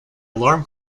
alarm